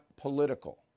political